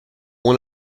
one